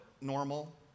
normal